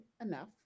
enough